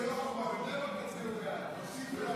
סעיפים 1